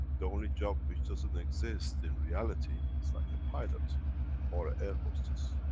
the only job, which doesn't exist in reality, it's like a pilot or a air hostess,